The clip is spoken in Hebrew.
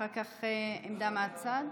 אחר כך עמדה מהצד.